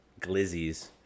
glizzies